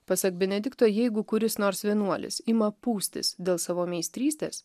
pasak benedikto jeigu kuris nors vienuolis ima pūstis dėl savo meistrystės